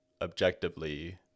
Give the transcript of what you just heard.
objectively